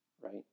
right